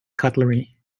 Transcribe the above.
cutlery